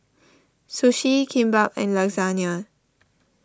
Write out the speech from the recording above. Sushi Kimbap and Lasagne